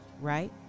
right